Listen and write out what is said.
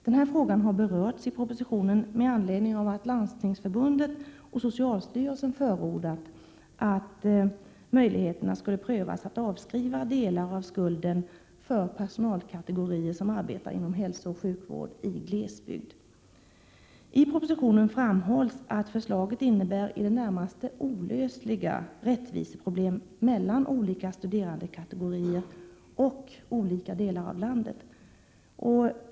Denna fråga har berörts i propositionen med anledning av att Landstingsförbundet och socialstyrelsen förordat att möjligheterna skulle prövas att avskriva delar av skulden för personalkategorier som arbetar inom hälsooch sjukvård i glesbygd. I propositionen framhålls att förslaget innebär i det närmaste olösliga problem när det gäller rättvisan mellan olika studerandekategorier och olika delar av landet.